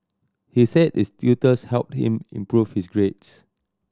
he said his tutors helped him improve his grades